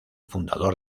fundador